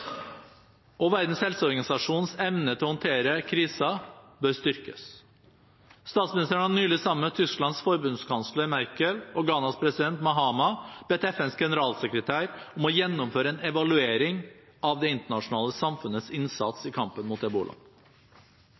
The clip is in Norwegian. Verdens helseorganisasjons evne til å håndtere kriser bør styrkes. Statsministeren har nylig sammen med Tysklands forbundskansler Angela Merkel og Ghanas president Mahama bedt FNs generalsekretær om å gjennomføre en evaluering av det internasjonale samfunnets innsats i kampen mot